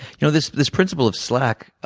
you know this this principle of slack